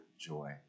joy